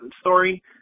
story